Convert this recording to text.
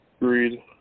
Agreed